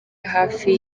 hafi